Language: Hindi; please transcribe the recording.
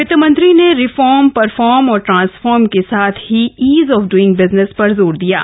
वित मंत्री ने रिफॉर्म परफॉर्म और ट्रांसफॉर्म के साथ ही ईज ऑफ ड्इंग बिजसेन पर जोर दिया है